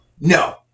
No